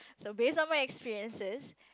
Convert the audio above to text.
so based on my experiences